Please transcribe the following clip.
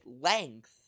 length